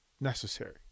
necessary